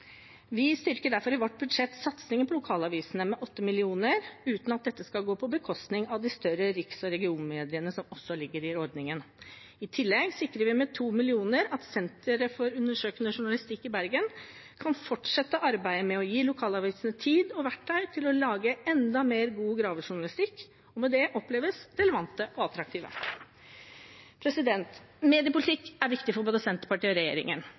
Vi styrker derfor i vårt budsjett satsingen på lokalavisene med 8 mill. kr, uten at dette skal gå på bekostning av de større riks- og regionmediene som også ligger i ordningen. I tillegg sikrer vi med 2 mill. kr at Senter for undersøkende journalistikk, som ligger i Bergen, kan fortsette arbeidet med å gi lokalavisene tid og verktøy til å lage enda mer god gravejournalistikk og med det oppleves som relevante og attraktive. Mediepolitikk er viktig for Senterpartiet og for regjeringen.